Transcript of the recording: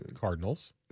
Cardinals